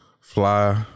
Fly